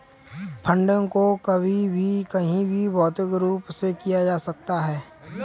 funding को कभी भी कहीं भी भौतिक रूप से किया जा सकता है